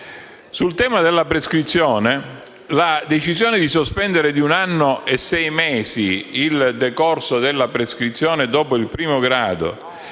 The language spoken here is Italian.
Si è poi presa la decisione di sospendere di un anno e sei mesi il decorso della prescrizione dopo il primo grado